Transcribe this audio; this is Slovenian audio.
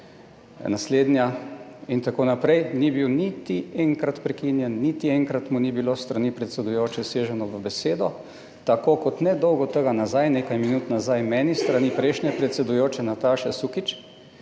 naslednja itn. Ni bil niti enkrat prekinjen, niti enkrat mu ni bilo s strani predsedujoče seženo v besedo, tako kot nedolgo tega nazaj, nekaj minut nazaj meni s strani prejšnje predsedujoče Nataše Sukič,